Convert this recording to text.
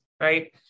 right